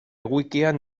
wikian